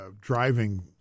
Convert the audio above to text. driving